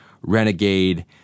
renegade